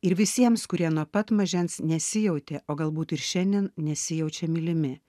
ir visiems kurie nuo pat mažens nesijautė o galbūt ir šiandien nesijaučia mylimi